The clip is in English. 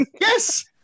Yes